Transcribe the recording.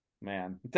man